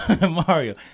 Mario